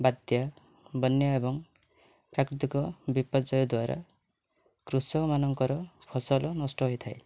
ବାତ୍ୟା ବନ୍ୟା ଏବଂ ପ୍ରାକୃତିକ ବିପର୍ଯ୍ୟୟ ଦ୍ୱାରା କୃଷକ ମାନଙ୍କର ଫସଲ ନଷ୍ଟ ହୋଇଥାଏ